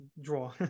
draw